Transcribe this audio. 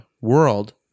world